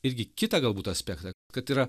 irgi kitą galbūt aspektą kad yra